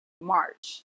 March